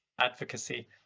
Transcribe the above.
advocacy